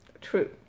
True